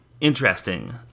interesting